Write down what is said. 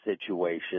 situation